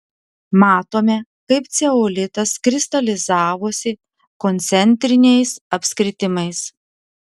matome kaip ceolitas kristalizavosi koncentriniais apskritimais